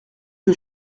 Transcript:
que